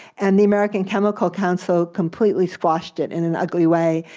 and the american chemical council completely squashed it in an ugly way,